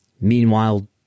Meanwhile